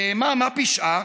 בהמה מה פשעה?